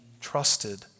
trusted